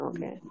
Okay